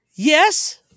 Yes